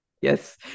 Yes